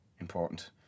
important